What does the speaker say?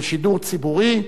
של שידור ציבורי,